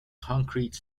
concrete